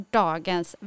dagens